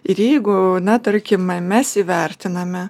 ir jeigu na tarkime mes įvertiname